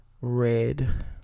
Red